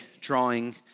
drawing